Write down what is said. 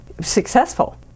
successful